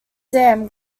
dam